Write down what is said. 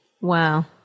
Wow